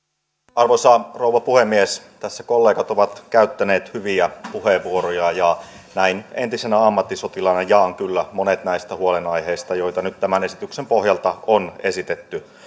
arvoisa rouva puhemies tässä kollegat ovat käyttäneet hyviä puheenvuoroja ja näin entisenä ammattisotilaana jaan kyllä monet näistä huolenaiheista joita nyt tämän esityksen pohjalta on esitetty